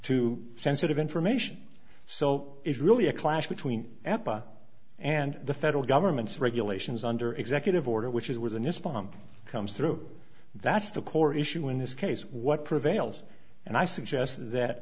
to sensitive information so it's really a clash between epa and the federal government's regulations under executive order which is where the new spawn comes through that's the core issue in this case what prevails and i suggest that